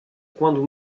quando